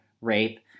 rape